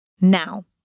Now